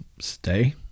Stay